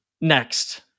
Next